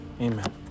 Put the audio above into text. Amen